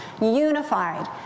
unified